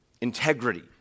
integrity